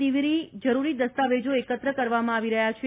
દિવીરી જરૂરી દસ્તાવેજો એકત્ર કરવામાં આવી રહ્યા છે